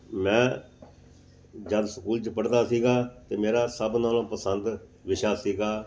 ਮੈਂ ਜਦ ਸਕੂਲ 'ਚ ਪੜ੍ਹਦਾ ਸੀਗਾ ਤਾਂ ਮੇਰਾ ਸਭ ਨਾਲੋਂ ਪਸੰਦ ਵਿਸ਼ਾ ਸੀਗਾ